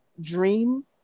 dream